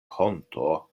honto